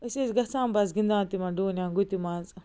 أسۍ ٲسۍ گَژھان بس گِنٛدان تِمن ڈوٗنٮ۪ن گُتہِ منٛز